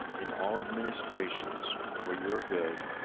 in all administrations for your good,